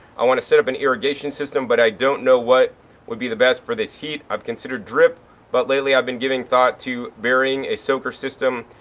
i want to set up an irrigation system but i don't know what would be the best for this heat. i've considered drip but lately i've been giving thought to burying a soaker system.